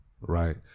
right